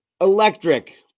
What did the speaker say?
Electric